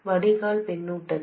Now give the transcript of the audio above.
வடிகால் பின்னூட்டத்தில்